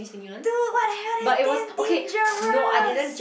two got to help it damn dangerous